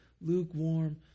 lukewarm